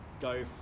go